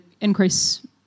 increase